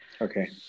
Okay